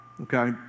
Okay